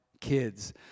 kids